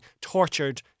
tortured